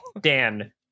Dan